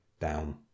down